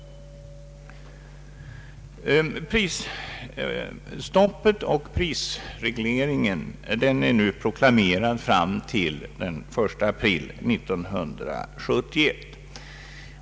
Prisstoppet och prisregleringen är proklamerade att vara fram till den 1 april år 1971.